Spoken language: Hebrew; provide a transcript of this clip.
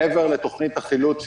מעבר לתוכנית החילוץ,